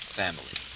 family